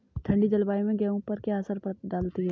ठंडी जलवायु गेहूँ पर क्या असर डालती है?